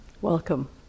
Welcome